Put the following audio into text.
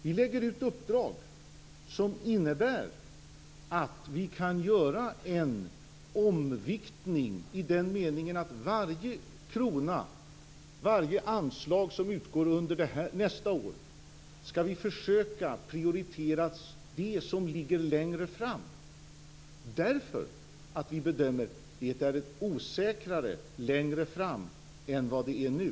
Vi lägger ut uppdrag som innebär att vi kan göra en omviktning i den meningen att vi i varje anslag som används under nästa år skall försöka prioritera det som ligger längre fram. Vi bedömer nämligen att läget är osäkrare längre fram än vad det är nu.